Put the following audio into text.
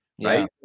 Right